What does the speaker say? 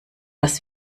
das